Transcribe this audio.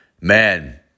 man